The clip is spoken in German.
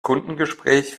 kundengespräch